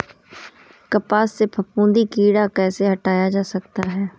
कपास से फफूंदी कीड़ा कैसे हटाया जा सकता है?